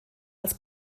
als